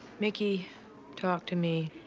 mickey talked to me,